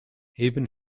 even